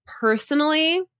personally